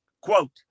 Quote